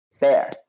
Bear